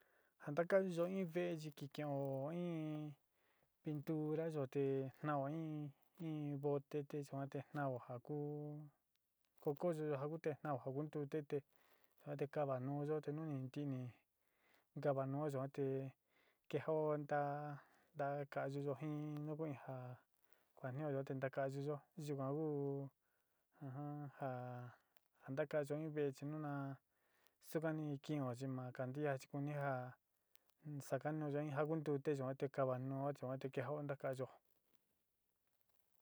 Ja ntakaiyo in ve'é chi ki kin'ó in pinturayo te gnao in in bote te yuan te gnao ja ku kokoyó jakú te gnao jaku ntute te yua te kavanuúyo te nu ni ntií ni kavanuú yuan te keja'ó nta ntakayiyo jin nu ku in ja ja ñuúyo a te ntakayiyó yukan ku ja ja ntaka'iyo in ve'é chi nu na yuka ni kin'ó chi ma kantía chi kuni ja ma sakanuyo ji jaku ntute yuan te ka'avanuo yuan te keja'ó ntaka'áyo.